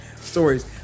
stories